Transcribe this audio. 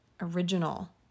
original